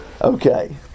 Okay